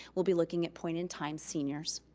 we'll be looking at point-in-time seniors.